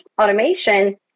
automation